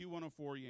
Q104